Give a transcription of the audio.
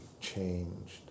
changed